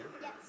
Yes